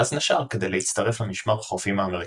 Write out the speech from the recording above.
ואז נשר כדי להצטרף למשמר החופים האמריקני.